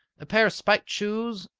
a pair of spiked shoes,